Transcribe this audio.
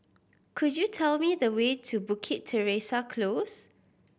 could you tell me the way to Bukit Teresa Close